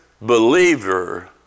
Believer